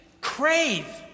crave